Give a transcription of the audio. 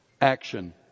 action